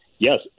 Yes